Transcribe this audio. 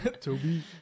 Toby